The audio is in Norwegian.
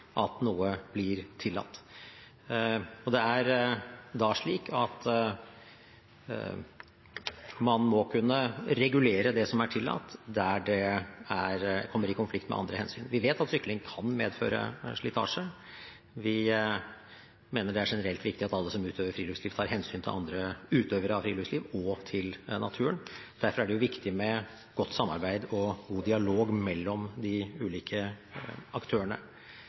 at noe blir tillatt. Det er da slik at man må kunne regulere det som er tillatt, der det kommer i konflikt med andre hensyn. Vi vet at sykling kan medføre slitasje. Vi mener det er generelt viktig at alle som utøver friluftsliv, tar hensyn til andre utøvere av friluftsliv og til naturen. Derfor er det viktig med godt samarbeid og god dialog mellom de ulike aktørene.